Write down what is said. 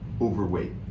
overweight